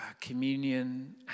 communion